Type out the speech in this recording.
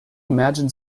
imagine